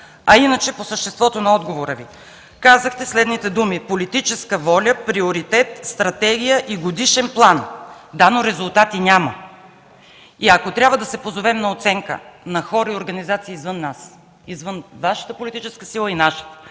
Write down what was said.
А иначе, по съществото на отговора Ви. Казахте следните думи: политическа воля, приоритет, стратегия и годишен план. Да, но резултати няма. И ако трябва да се позовем на оценка на хора и организации извън нас, извън Вашата и нашата